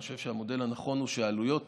אני חושב שהמודל הנכון הוא שהעלויות